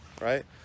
right